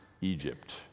Egypt